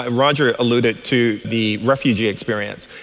roger alluded to the refugee experience,